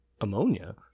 Ammonia